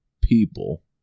people